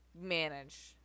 manage